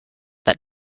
that